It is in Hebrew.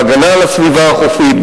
בהגנה על הסביבה החופית,